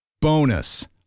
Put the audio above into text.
Bonus